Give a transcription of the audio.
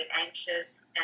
anxious